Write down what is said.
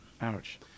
ouch